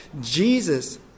Jesus